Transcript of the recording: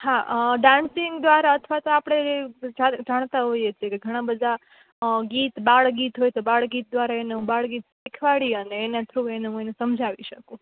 હા ડાન્સિંગ દ્વારા અથવા તો આપણે જાણતા હોઈએ છે કે ઘણા બધા ગીત બાળગીત હોય તો બાળગીત દ્વારા એને હું બાળગીત શીખવાડી અને એના થ્રુ હું એને સમજાવી શકું